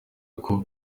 uko